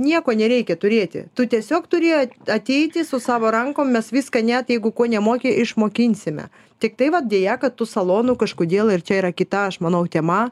nieko nereikia turėti tu tiesiog turi ateiti su savo rankom mes viską net jeigu ko nemoki išmokinsime tiktai va deja kad tų salonų kažkodėl ir čia yra kita aš manau tema